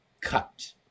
cut